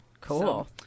cool